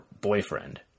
boyfriend